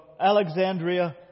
Alexandria